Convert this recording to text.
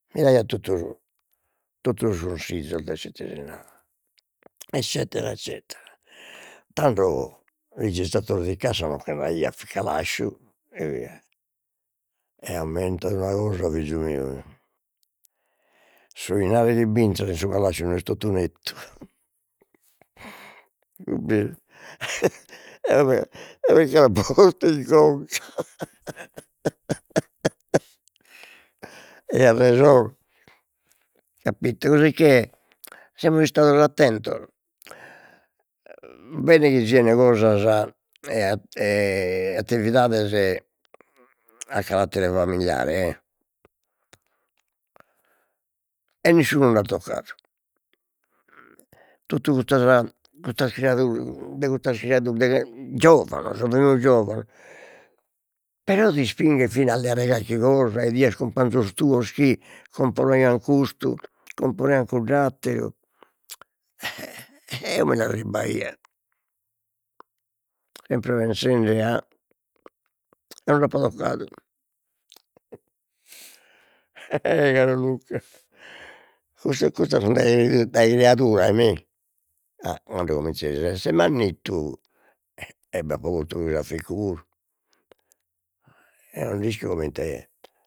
Mi daiat totu su totu sos sizos de s'ite si narat eccetera eccetera, tando registradore di cassa nocche nd'aiat, fit calasciu e via, e ammentad'una cosa fizu meu, su 'inari chi b'intrat in su calasciu no est totu nettu eo bi eo bi che l'apo tot'isconza e aiat rejone capito. Cosicché semus istados attentos, beni chi sien cosas e attividades a carattere familiare e nisciunu nd'at toccadu, totu custas custas de custas de, giovanos fimus giovanos, però t'ispinghet fina a leare calchi cosa, 'idias cumpanzos tuos chi comporaian custu, comporaian cudd'atteru, eo mi l'arribbaia sempre pensende a no nd'apo toccadu e e caru Luca cussu custa sun de dai criaduras mi ma tando cominzesi a esser mannittu e b'apo postu pius afficcu puru, eo non d'isco comente